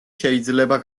შეიძლება